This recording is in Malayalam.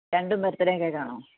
രണ്ടും ബർത്ഡേ കേക്ക് ആണോ